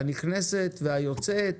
הנכנסת והיוצאת,